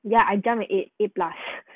ya I've done A A plus